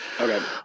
Okay